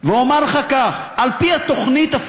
ואומַר לך כך: על-פי התוכנית,